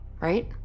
Right